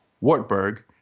Wartburg